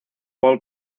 pole